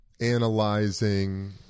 Analyzing